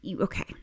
okay